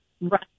right